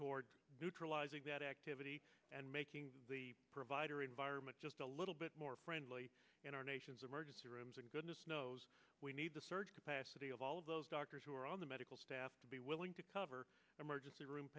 toward neutralizing that activity and making the provider environment just a little bit more friendly in our nation's emergency rooms and goodness knows we need the surge capacity of all of those doctors who are on the medical staff to be willing to cover emergency room